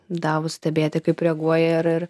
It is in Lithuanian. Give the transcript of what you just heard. davus stebėti kaip reaguoja ir ir